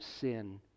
sin